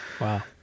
Wow